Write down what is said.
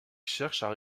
cherchent